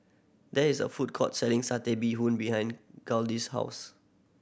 there is a food court selling Satay Bee Hoon behind Gladys' house